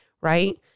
Right